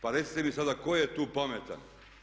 Pa recite mi sada tko je tu pametan?